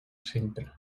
sempre